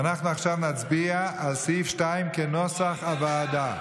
ואנחנו עכשיו נצביע על סעיף 2 כנוסח הוועדה.